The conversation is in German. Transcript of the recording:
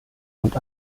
und